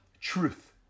truth